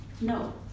No